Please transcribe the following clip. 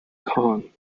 khan